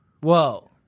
whoa